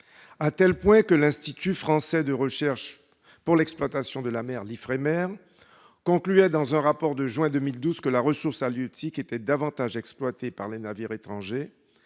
à tel point que l'Institut français de recherche pour l'exploitation de la mer, l'IFREMER, concluait dans un rapport de juin 2012 que la ressource halieutique était davantage exploitée par les navires étrangers,